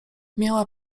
miała